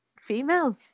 females